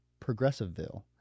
Progressiveville